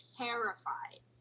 terrified